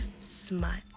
smut